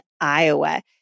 Iowa